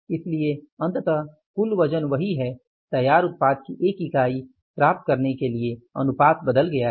इसलिए अंततः कुल वजन वही है तैयार उत्पाद की 1 इकाई प्राप्त करने के लिए अनुपात बदल गया है